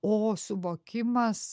o suvokimas